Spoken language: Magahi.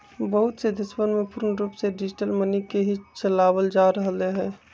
बहुत से देशवन में पूर्ण रूप से डिजिटल मनी के ही चलावल जा रहले है